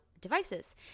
devices